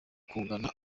kugana